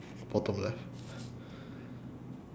uh bottom left